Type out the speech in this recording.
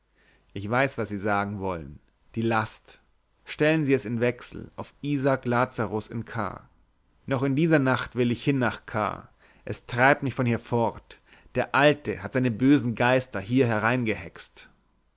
ich weiß was sie sagen wollen die last stellen sie es in wechsel auf isak lazarus in k noch in dieser nacht will ich hin nach k es treibt mich von hier fort der alte hat seine bösen geister hier